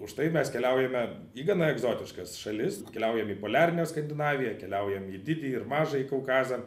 užtai mes keliaujame į gana egzotiškas šalis keliaujam į poliarinę skandinaviją keliaujam į didįjį ir mažąjį kaukazą